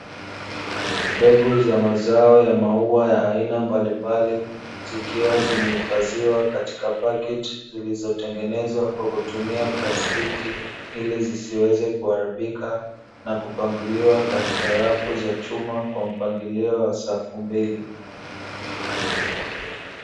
Mbegu za mazao ya maua ya aina mbalimbali, zikiwa zimehifadhiwa katika pakiti zilizo tengenezwa kwa kumtumia prastiki ili zisiweze kuharibika na kupangiliwa katika rafu za chuma kwa mpangilio wa safu mbili.